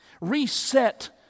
Reset